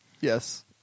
Yes